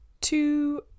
two